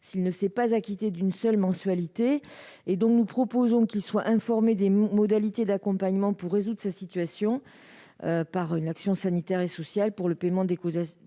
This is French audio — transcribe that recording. s'il ne s'est pas acquitté d'une seule mensualité. Nous proposons donc qu'il soit informé des modalités d'accompagnement pour résoudre sa situation par une action sanitaire et sociale pour le paiement des